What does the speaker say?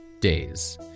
days